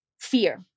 Fear